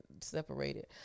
separated